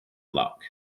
luck